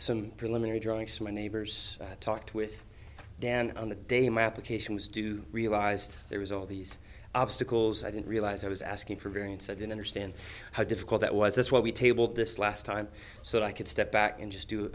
some preliminary drawing so my neighbors talked with dan on the day my application was due realized there was all these obstacles i didn't realize i was asking for variance i didn't understand how difficult that was this what we tabled this last time so i could step back and just do